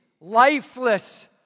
lifeless